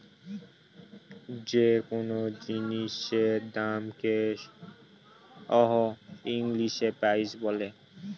যে কোনো জিনিসের দামকে হ ইংলিশে প্রাইস বলে